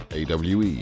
AWE